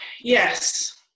yes